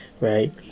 right